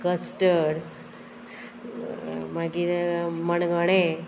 custard मागीर मणगणें